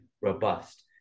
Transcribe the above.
robust